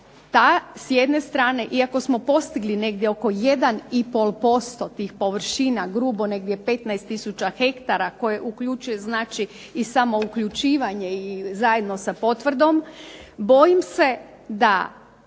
s jedne strane, iako smo postigli negdje oko 1,5% tih površina, grubo negdje 15 tisuća hektara koje uključuje i samouključivanje i zajedno sa potvrdom, bojim se da